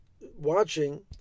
watching